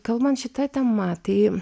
kalbant šita tema tai